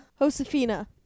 Josefina